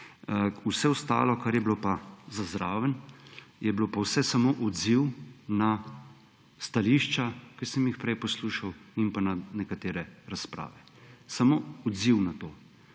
Vse ostalo, kar je bilo za zraven, je bilo pa vse samo odziv na stališča, ki sem jih prej poslušal, in na nekatere razprave. Samo odziv na to